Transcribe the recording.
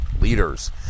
Leaders